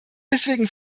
deswegen